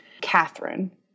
Catherine